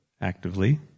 actively